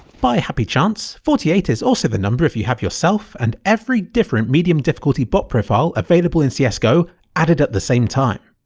by happy chance, forty eight is also the number if you have yourself and every different medium difficulty bot profile available in cs go added at the same time.